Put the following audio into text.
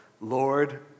Lord